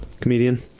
Comedian